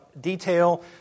detail